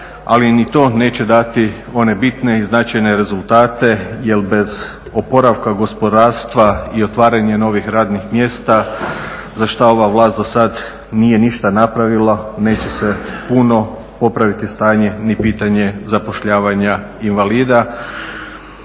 Ali ni to neće dati one bitne i značajne rezultate jer bez oporavka gospodarstva i otvaranje novih radnih mjesta za šta ova vlast do sad nije ništa napravila neće se puno popraviti stanje ni pitanje zapošljavanja invalida.